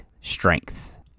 Strength